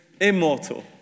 immortal